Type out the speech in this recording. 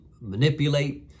manipulate